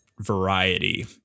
variety